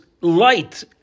light